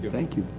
thank you,